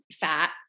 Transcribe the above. fat